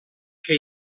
que